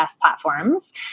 platforms